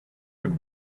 took